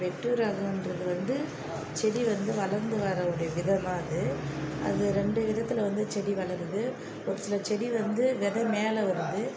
வெட்டு ரகம் என்றது வந்து செடி வந்து வளர்ந்து வர உடைய விதை தான் அது அது ரெண்டு விதத்தில் வந்து செடி வளருது ஒரு சில செடி வந்து விதை மேலே வருது